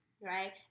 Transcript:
right